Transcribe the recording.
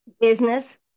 business